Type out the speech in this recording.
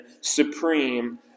supreme